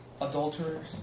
adulterers